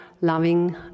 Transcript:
loving